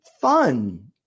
fun